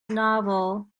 novel